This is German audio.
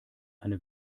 eine